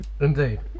Indeed